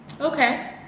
Okay